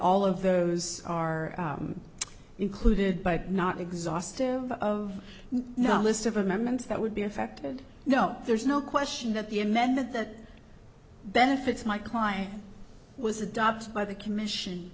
all of those are included but not exhaustive of no list of amendments that would be affected no there's no question that the amendment that benefits my client was adopted by the commission